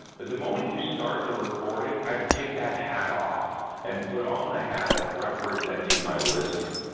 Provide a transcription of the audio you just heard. but the moment you start the recording, i have to take that hat off and put on the hat of representing my listener,